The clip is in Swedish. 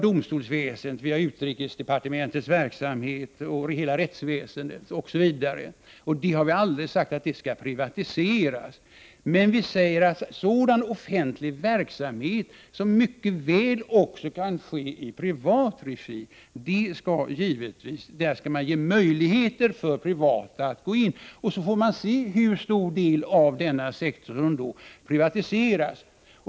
Domstolsväsendet, utrikesdepartementets verksamhet, rättsväsendet, osv. skall naturligtvis inte privatiseras, men vi säger att när det gäller sådan offentlig verksamhet som mycket väl också kan ske i privat regi, skall man ge möjlighet för privata att gå in. Så får man se hur stor del av denna sektor som privatiseras.